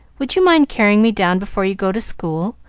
would you mind carrying me down before you go to school,